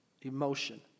emotion